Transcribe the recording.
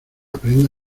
aprenda